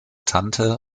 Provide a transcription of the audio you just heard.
tante